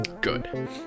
good